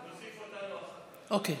ההצעה להעביר את הנושא לוועדת הכלכלה נתקבלה.